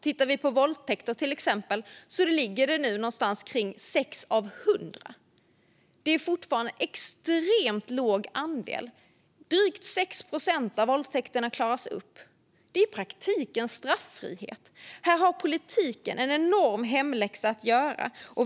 Vi kan till exempel titta på våldtäkter. Det ligger nu någonstans kring 6 av 100. Det är fortfarande en extremt låg andel. Drygt 6 procent av våldtäktsbrotten klaras upp. Det är i praktiken straffrihet. Här har politiken en enorm hemläxa att göra.